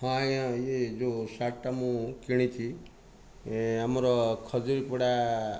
ହଁ ଆଜ୍ଞା ଇଏ ଯେଉଁ ସାର୍ଟଟା ମୁଁ କିଣିଛି ଏ ଆମର ଖଜୁରୀ ପଡ଼ା